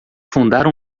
fundaram